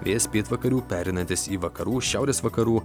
vėjas pietvakarių pereinantis į vakarų šiaurės vakarų